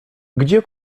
gdzie